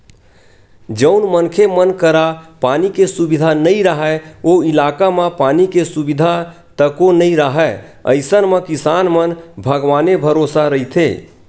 जउन मनखे मन करा पानी के सुबिधा नइ राहय ओ इलाका म पानी के सुबिधा तको नइ राहय अइसन म किसान मन भगवाने भरोसा रहिथे